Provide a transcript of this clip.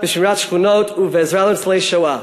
בשמירת שכונות ובעזרה לניצולי שואה,